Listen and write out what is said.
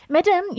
Madam